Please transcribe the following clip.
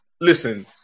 listen